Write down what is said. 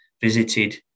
visited